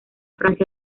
francia